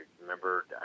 remember